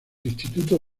institutos